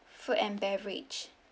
food and beverage